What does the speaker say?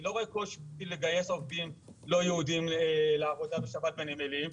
אני לא רואה קושי לגייס עובדים לא יהודים לעבודה בשבת בנמלים.